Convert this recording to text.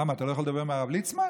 למה, אתה לא יכול לדבר עם הרב ליצמן?